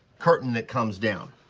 curtain that comes down.